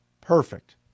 Perfect